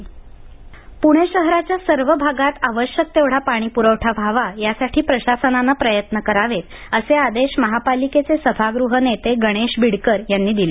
पाणीपरवठा पुणे शहराच्या सर्व भागात आवश्यक तेवढा पाणीपुरवठा व्हावा यासाठी प्रशासनानं प्रयत्न करावेत असे आदेश महापालिकेचे सभागृह नेते गणेश बिडकर यांनी दिले